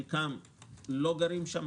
חלקם לא גרים שם,